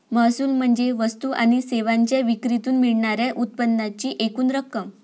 महसूल म्हणजे वस्तू आणि सेवांच्या विक्रीतून मिळणार्या उत्पन्नाची एकूण रक्कम